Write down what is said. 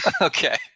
Okay